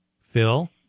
Phil